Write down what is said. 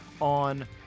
on